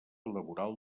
laboral